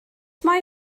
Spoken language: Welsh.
mae